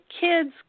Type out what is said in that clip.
kids